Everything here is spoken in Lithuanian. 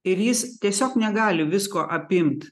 ir jis tiesiog negali visko apimt